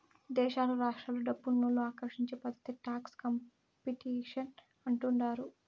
దేశాలు రాష్ట్రాలు డబ్బునోళ్ళు ఆకర్షించే పద్ధతే టాక్స్ కాంపిటీషన్ అంటుండారు